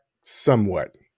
somewhat